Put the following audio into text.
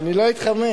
אני לא אתחמק.